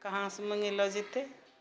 कहाँसँ मङ्गेलहुँ जेतै